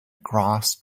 grass